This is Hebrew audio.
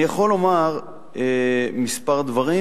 אני יכול לומר כמה דברים,